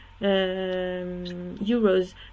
euros